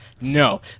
no